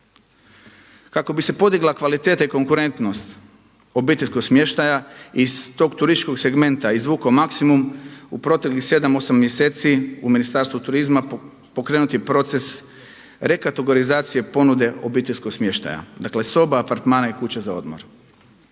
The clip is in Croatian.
Kako bi se podigla kvaliteta i konkurentnost obiteljskog smještaja iz tog turističkog segmenta izvukao maksimum u proteklih 7, 8 mjeseci u Ministarstvu turizma pokrenut je proces rekategorizacije ponude obiteljskog smještaja dakle, soba, apartmana i kuća za odmor.